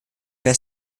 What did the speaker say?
weiß